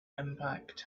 impact